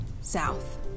South